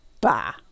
Bah